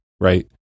right